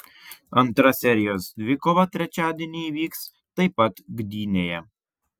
antra serijos dvikova trečiadienį įvyks taip pat gdynėje